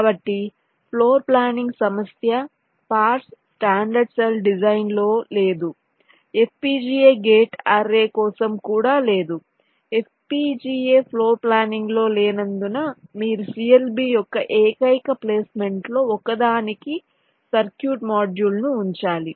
కాబట్టి ఫ్లోర్ప్లానింగ్ సమస్య పార్స్ స్టాండర్డ్ సెల్ డిజైన్ లో లేదు FPGA గేట్ అర్రే కోసం కూడా లేదు FPGA ఫ్లోర్ప్లానింగ్ లో లేనందున మీరు CLB యొక్క ఏకైక ప్లేస్మెంట్లో ఒకదానికి సర్క్యూట్ మాడ్యూల్ను ఉంచాలి